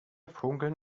funkeln